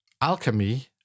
Alchemy